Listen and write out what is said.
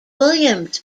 williams